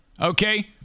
Okay